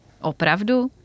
Opravdu